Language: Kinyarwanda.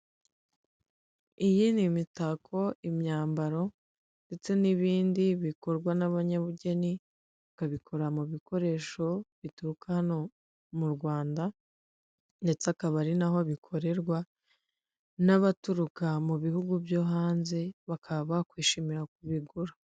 Iyi ni imitako, imyambaro ndetse n'ibindi bikorwa n'abanyabugeni bakabikora mu bikoresho bituruka hano mu Rwanda, ndetse akaba ari naho bikorerwa, n'abaturuka mu bihugu byo hanze bakaba bakishimira kubigura.